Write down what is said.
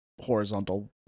horizontal